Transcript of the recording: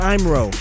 Imro